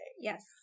Yes